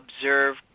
observe